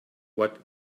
what